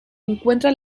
encuentra